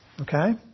Okay